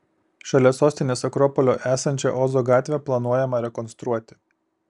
šalia sostinės akropolio esančią ozo gatvę planuojama rekonstruoti